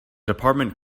department